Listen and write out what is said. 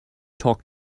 talk